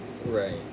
Right